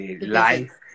life